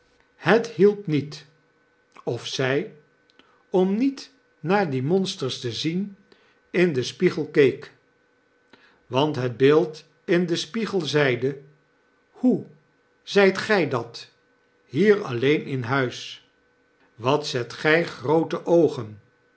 het hielp niet of zij omnietnaar die monsters te zien in den spiegel keek want het beeld in den spiegel zeide hoe zytgij dat hier alleen in huis wat zet gy groote oogen